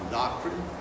doctrine